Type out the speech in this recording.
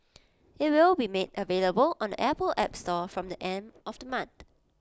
IT will be made available on the Apple app store from the end of the month